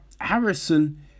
Harrison